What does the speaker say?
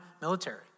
military